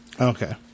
okay